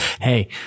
hey